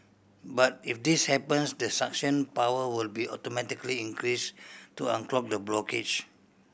but if this happens the suction power will be automatically increase to unclog the blockage